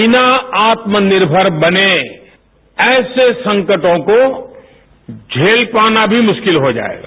बिना आत्मनिर्मर बने ऐसे संकटों को झेल पाना भी मुश्किल हो जाएगा